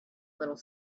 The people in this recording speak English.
little